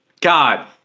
God